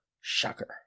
Shocker